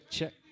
Check